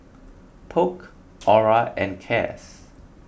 Polk Orah and Cas